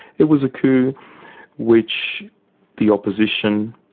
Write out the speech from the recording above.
it was a coup which the opposition,